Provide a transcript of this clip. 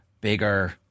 bigger